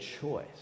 choice